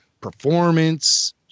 performance